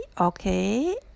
Okay